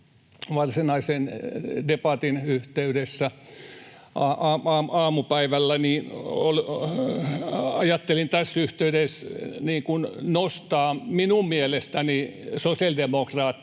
varsinaisen debatin yhteydessä aamupäivällä, niin ajattelin tässä yhteydessä nostaa minun mielestäni sosiaalidemokraattien